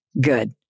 Good